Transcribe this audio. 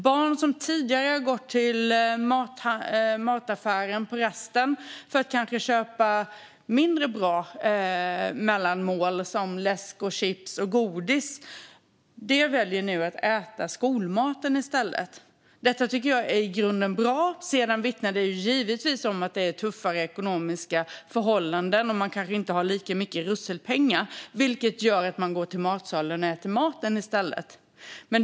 Barn som tidigare har gått till mataffären på rasten för att kanske köpa mindre bra mellanmål som läsk, chips och godis väljer nu att äta skolmaten i stället. Detta är i grunden bra. Sedan vittnar det givetvis om att det är tuffare ekonomiska förhållanden. Barnen kanske inte har lika mycket russelpengar, vilket gör att de går till matsalen och äter maten i stället.